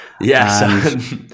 yes